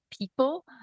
people